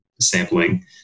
sampling